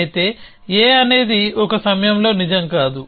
అయితే A అనేది ఒకే సమయంలో నిజం కాదు